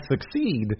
succeed